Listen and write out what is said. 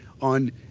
on